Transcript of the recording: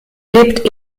lebt